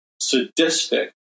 sadistic